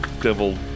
devil